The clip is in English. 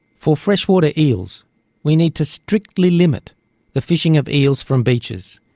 for freshwater eels we need to strictly limit the fishing of eels from beaches,